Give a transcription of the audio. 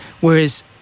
Whereas